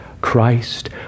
Christ